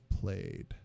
played